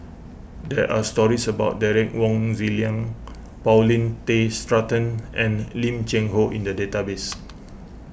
there are stories about Derek Wong Zi Liang Paulin Tay Straughan and Lim Cheng Hoe in the database